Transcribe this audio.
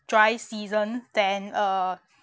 dry season then uh